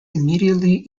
immediately